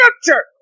scripture